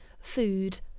Food